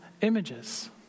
images